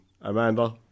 Amanda